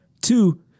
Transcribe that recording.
Two